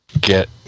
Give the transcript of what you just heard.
get